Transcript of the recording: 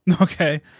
Okay